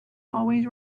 always